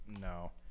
no